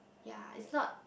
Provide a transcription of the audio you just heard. ya is not